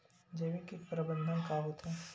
जैविक कीट प्रबंधन का होथे?